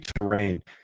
terrain